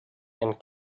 and